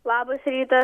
labas rytas